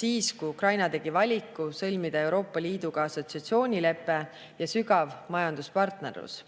siis, kui Ukraina tegi [Vilniuses] valiku sõlmida Euroopa Liiduga assotsiatsioonilepe ja sügav majanduspartnerlus.